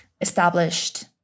established